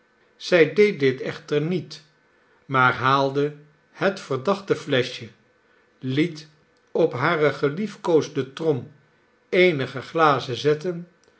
zij deed dit echter niet maar haalde het verdachte fleschje liet op hare geliefkoosde trom eenige glazen zetten